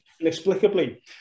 inexplicably